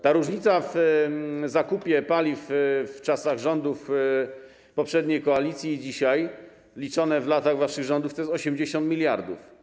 Ta różnica w zakupie paliw w czasach rządów poprzedniej koalicji i dzisiaj, liczona w latach waszych rządów, to jest 80 mld.